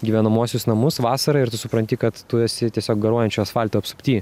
gyvenamuosius namus vasarą ir tu supranti kad tu esi tiesiog garuojančio asfalto apsupty